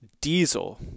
diesel